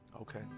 Okay